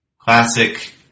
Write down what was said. Classic